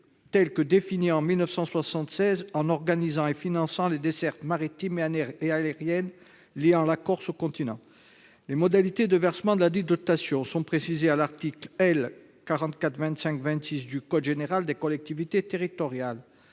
a été défini en 1976, en organisant et finançant les dessertes maritime et aérienne liant la Corse au continent. Les modalités de versement de ladite dotation sont précisées à l'article L. 4425-26 du code général des collectivités territoriales.